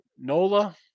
Nola